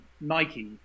Nike